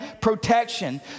protection